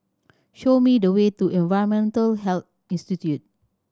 show me the way to Environmental Health Institute